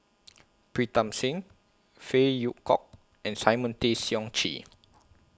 Pritam Singh Phey Yew Kok and Simon Tay Seong Chee